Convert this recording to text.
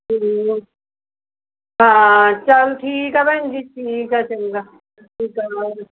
ਹਾਂ ਚੱਲ ਠੀਕ ਹੈ ਭੈਣ ਜੀ ਠੀਕ ਹੈ ਚੰਗਾ ਸਤਿ ਸ਼੍ਰੀ ਅਕਾਲ